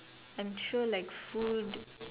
I'm sure like food